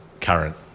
current